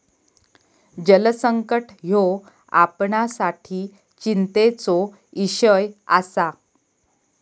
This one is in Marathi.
जलसंकट ह्यो आपणासाठी चिंतेचो इषय आसा